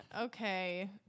Okay